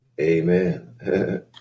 Amen